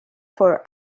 for